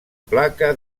placa